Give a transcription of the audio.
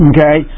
Okay